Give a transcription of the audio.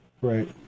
Right